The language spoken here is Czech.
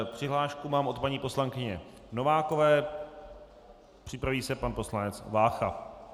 Přihlášku mám od paní poslankyně Novákové, připraví se pan poslanec Vácha.